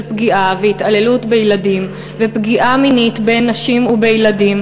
פגיעה והתעללות בילדים ופגיעה מינית בנשים ובילדים,